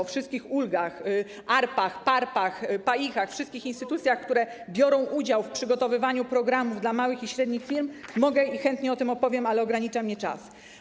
O wszystkich ulgach, ARP-ach, PARP-ach, PAIH-ach, wszystkich instytucjach, które biorą udział w przygotowywaniu programów małych i średnich firm - chętnie o tym opowiem, mogę, ale ogranicza mnie czas.